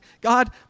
God